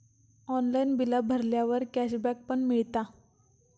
online बिला भरल्यावर cashback पण मिळता